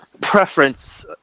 preference